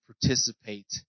participate